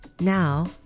Now